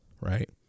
right